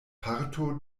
parto